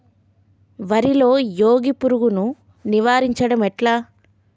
వరిలో మోగి పురుగును నివారించడం ఎట్లా?